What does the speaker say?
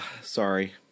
Sorry